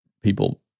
people